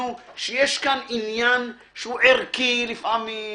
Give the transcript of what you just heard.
יש כאן עניין שהוא ערכי לפעמים,